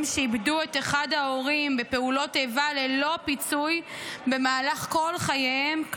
שאיבדו את אחד ההורים בפעולות איבה ללא פיצוי כלל במהלך כל חייהם,